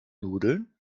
nudeln